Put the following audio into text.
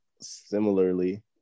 similarly